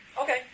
Okay